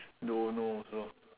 don't know also